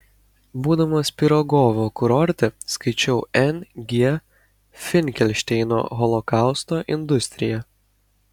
būdamas pirogovo kurorte skaičiau n g finkelšteino holokausto industriją